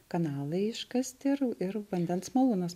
kanalai iškasti ir ir vandens malūnas